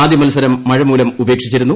ആദ്യ മത്സരം മഴമൂലം ഉപേക്ഷിച്ചിരുന്നു